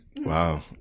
wow